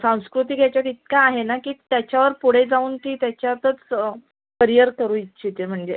सांस्कृतिक ह्याच्यात इतकं आहे ना की त्याच्यावर पुढे जाऊन ती त्याच्यातच करिअर करू इच्छिते म्हणजे